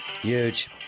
Huge